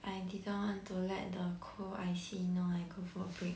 I didn't want to let the co I_C know I go for break